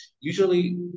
Usually